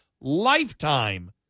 lifetime